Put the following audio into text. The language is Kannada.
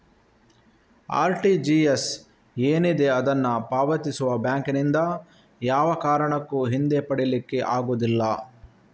ಆರ್.ಟಿ.ಜಿ.ಎಸ್ ಏನಿದೆ ಅದನ್ನ ಪಾವತಿಸುವ ಬ್ಯಾಂಕಿನಿಂದ ಯಾವ ಕಾರಣಕ್ಕೂ ಹಿಂದೆ ಪಡೀಲಿಕ್ಕೆ ಆಗುದಿಲ್ಲ